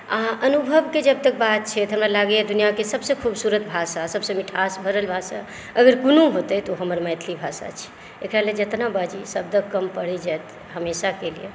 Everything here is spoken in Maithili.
आ अनुभवके जहाँ तक बात छै तऽ हमरा लागैया दुनिआके सबसँ खूबसूरत भाषा सबसँ मिठास भरल भाषा अगर कोनो हेतै तऽ ओ हमर मैथिली भाषा छी एकरा लए जेतना बाजी शब्द कम पड़ि जायत हमेशाके लिए